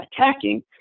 attacking